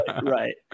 Right